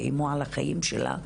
ואיומו על החיים שלה.